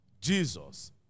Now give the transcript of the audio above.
Jesus